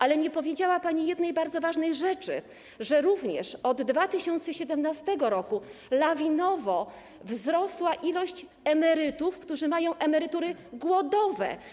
Ale nie powiedziała pani jednej bardzo ważnej rzeczy, że również od 2017 r. lawinowo wzrosła liczba emerytów, którzy mają emerytury głodowe.